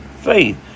faith